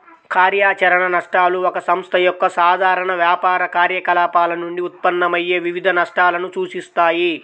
కార్యాచరణ నష్టాలు ఒక సంస్థ యొక్క సాధారణ వ్యాపార కార్యకలాపాల నుండి ఉత్పన్నమయ్యే వివిధ నష్టాలను సూచిస్తాయి